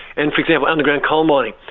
and for example, underground coal mining,